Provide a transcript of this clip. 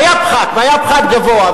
היה פחת גבוה,